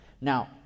Now